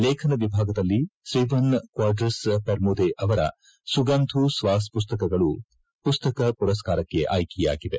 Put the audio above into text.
ಲೇಖನ ವಿಭಾಗದಲ್ಲಿ ಸ್ತೀವನ್ ಕ್ಷಾಡ್ರಸ್ ಪರ್ಮುದೆ ಅವರ ಸುಗಂಧು ಸ್ವಾಸ್ ಪುತ್ತಕಗಳು ಪುಸ್ತಕ ಪುರಸ್ಕಾರಕ್ಕೆ ಆಯ್ಕೆಯಾಗಿವೆ